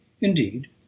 indeed